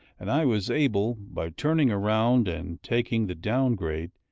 and i was able, by turning round and taking the down grade,